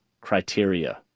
criteria